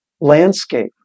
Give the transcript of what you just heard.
landscape